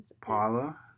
Paula